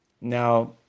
Now